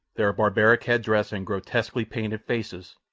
their barbaric headdresses and grotesquely painted faces,